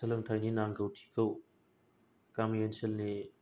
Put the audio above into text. सोलोंथाइनि नांगौथिखौ गामि ओनसोलनि